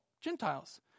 Gentiles